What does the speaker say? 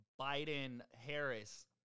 Biden-Harris